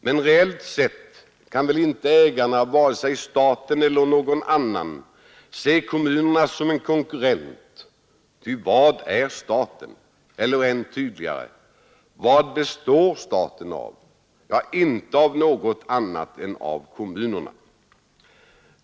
Men reellt sett kan väl inte ägarna, varken staten eller någon annan, se kommunerna som en konkurrent. Ty vad är staten? Eller än tydligare: Vad består staten av? Ja, inte av något annat än av kommunerna.